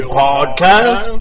podcast